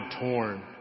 torn